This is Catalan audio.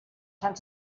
sant